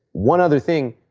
one other thing,